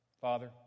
Father